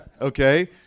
Okay